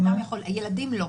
אדם יכול, הילדים לא.